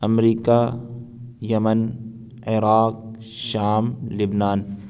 امریکہ Yemen Iraq شام لبنان